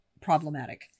problematic